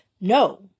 No